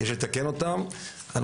צריך לתקן את זה.